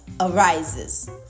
arises